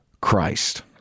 Christ